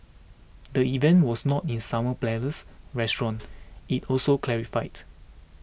the event was not in Summer Palace restaurant it also clarified